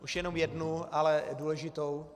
Už jenom jednu, ale důležitou.